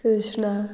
Krishna